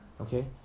okay